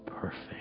perfect